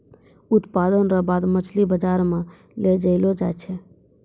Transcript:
उत्पादन रो बाद मछली बाजार मे लै जैलो जाय छै